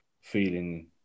feeling